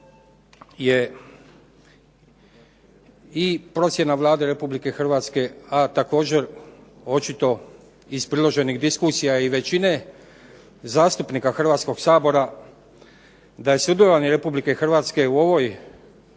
je i procjena Vlade Republike Hrvatske, a također očito iz priloženih diskusija i većine zastupnika hrvatskog Sabora da je sudjelovanje RH u ovoj